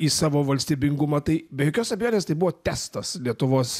į savo valstybingumą tai be jokios abejonės tai buvo testas lietuvos